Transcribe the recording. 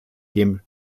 dem